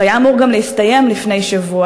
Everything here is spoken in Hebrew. והיה אמור גם להסתיים לפני שבוע,